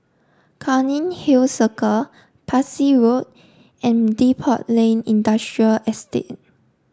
Cairnhill Circle Parsi Road and Depot Lane Industrial Estate